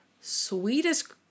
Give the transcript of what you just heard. sweetest